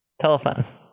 Telephone